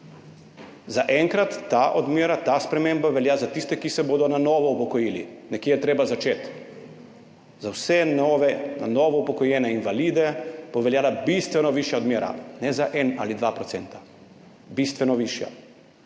Zaenkrat ta odmera, ta sprememba velja za tiste, ki se bodo na novo upokojili. Nekje je treba začeti. Za vse na novo upokojene invalide bo veljala bistveno višja odmera, ne za 1 ali 2 %, bistveno višja.